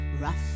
Rough